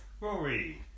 Rory